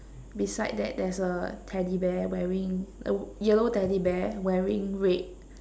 beside that there's a teddy bear wearing uh yellow teddy bear wearing red